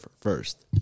first